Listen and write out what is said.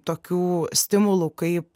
tokių stimulų kaip